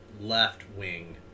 left-wing